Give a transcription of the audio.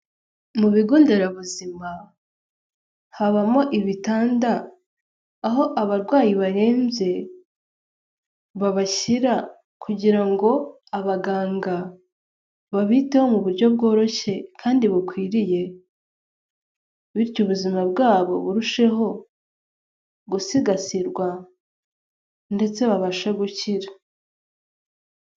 Mu bigo nderabuzima habamo ibitanda, aho abarwayi barembye babashyira kugira ngo abaganga babiteho mu buryo bworoshye kandi bukwiriye, bityo ubuzima bwabo burusheho gusigasirwa ndetse babashe gukira.